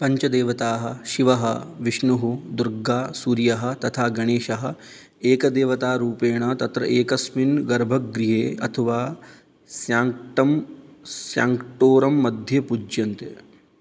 पञ्चदेवताः शिवः विष्णुः दुर्गा सूर्यः तथा गणेशः एकदेवतारूपेण तत्र एकस्मिन् गर्भगृहे अथवा स्याङ्क्टं स्याङ्क्टोरं मध्ये पूज्यन्ते